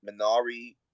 Minari